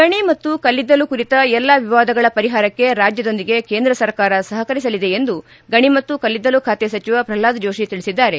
ಗಣಿ ಮತ್ತು ಕಲ್ಲಿದ್ದಲು ಕುರಿತ ಎಲ್ಲ ವಿವಾದಗಳ ಪರಿಹಾರಕ್ಷೆ ರಾಜ್ಯದೊಂದಿಗೆ ಕೇಂದ್ರ ಸರ್ಕಾರ ಸಹಕರಿಸಲಿದೆ ಎಂದು ಗಣಿ ಮತ್ತು ಕಲ್ಲಿದ್ದಲು ಖಾತೆ ಸಚಿವ ಪ್ರಲ್ವಾದ್ ಜೋಶ ತಿಳಿಸಿದ್ದಾರೆ